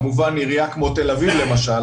כמובן עירייה כמו תל אביב למשל,